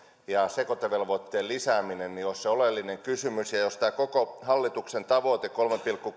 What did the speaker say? ja sekoitevelvoitteen lisääminen olisi se oleellinen kysymys jos tämä hallituksen koko tavoite kolmen pilkku